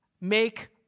make